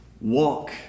walk